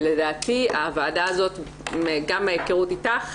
ולדעתי הוועדה הזאת גם מההיכרות איתך,